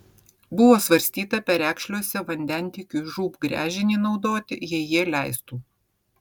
buvo svarstyta perekšliuose vandentiekiui žūb gręžinį naudoti jei jie leistų